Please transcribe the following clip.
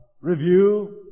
review